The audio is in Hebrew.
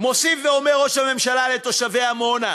מוסיף ואומר ראש הממשלה לתושבי עמונה: